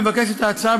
מבקשת ההצעה,